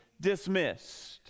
dismissed